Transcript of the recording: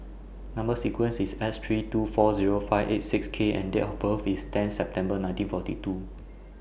Number sequence IS S three two four Zero five eight six K and Date of birth IS ten September nineteen forty two